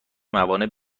موانع